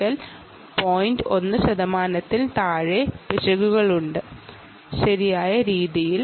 1 ശതമാനത്തിൽ താഴെ മാത്രമേ എറർ ഉണ്ടാകുകയുള്ളു